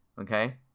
Okay